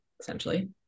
essentially